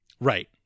Right